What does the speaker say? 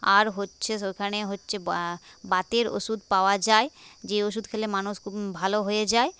আর হচ্ছে ওখানে হচ্ছে বা বাতের ওষুধ পাওয়া যায় যে ওষুধ খেলে মানুষ খুব ভালো হয়ে যায়